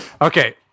Okay